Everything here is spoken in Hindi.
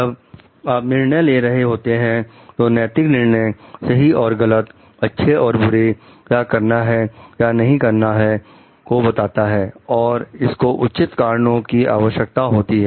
जब आप निर्णय ले रहे होते हैं तो नैतिक निर्णय सही और गलत अच्छे और बुरे क्या करना है क्या नहीं करना है को बताता है और इसको उचित कारणों की आवश्यकता होती है